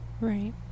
Right